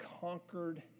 conquered